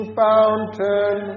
fountain